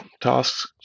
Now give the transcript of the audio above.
tasks